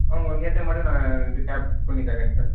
ஆ உங்களுக்கு ஏற்ற மாதிரி நான் வந்து கேப் புக் பண்ணி தரேங்க சார்